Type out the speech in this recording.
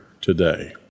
today